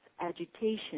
agitation